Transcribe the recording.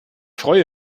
freue